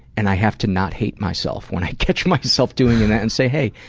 and i have to not hate myself when i catch myself doing that and say hey,